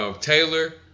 Taylor